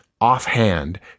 offhand